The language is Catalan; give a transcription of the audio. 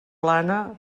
plana